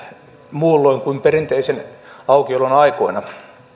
muulloin kuin perinteisen aukiolon aikoina